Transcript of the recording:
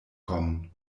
kommen